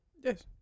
Yes